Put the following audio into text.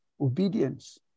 obedience